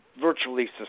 virtually